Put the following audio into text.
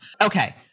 Okay